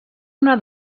una